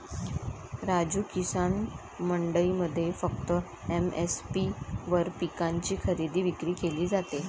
राजू, किसान मंडईमध्ये फक्त एम.एस.पी वर पिकांची खरेदी विक्री केली जाते